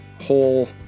whole